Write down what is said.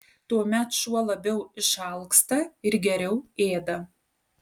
tuomet šuo labiau išalksta ir geriau ėda